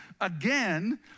again